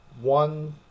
one